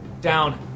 down